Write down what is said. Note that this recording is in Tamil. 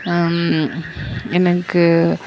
எனக்கு